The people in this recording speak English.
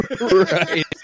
Right